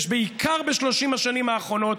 בעיקר ב-30 השנים האחרונות,